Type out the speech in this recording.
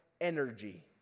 energy